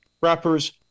rappers